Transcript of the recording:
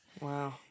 Wow